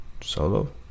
solo